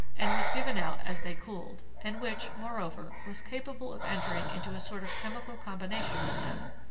and was given out as they cooled and which, moreover, was capable of entering into a sort of chemical combination with them,